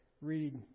read